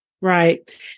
Right